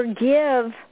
forgive